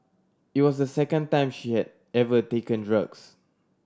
it was the second time she had ever taken drugs